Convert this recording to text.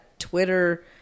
Twitter